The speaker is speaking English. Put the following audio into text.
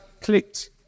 clicked